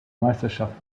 meisterschaft